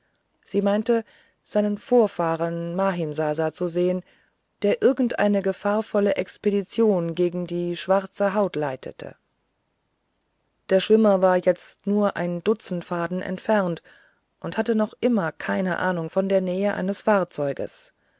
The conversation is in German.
sie meinte seinen vorfahren mahimsasa zu sehen der irgendeine gefahrvolle expedition gegen die schwarze haut leitete der schwimmer war jetzt nur ein dutzend faden entfernt und hatte noch immer keine ahnung von der nähe eines fahrzeuges